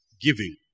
Giving